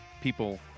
people